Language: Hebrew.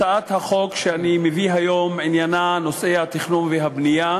הצעת החוק שאני מביא היום עניינה נושא התכנון והבנייה.